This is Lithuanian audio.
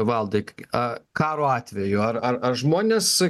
valdai k a karo atveju ar ar ar žmonės